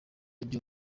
ibyo